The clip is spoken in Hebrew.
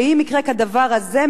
שאם יקרה כדבר הזה,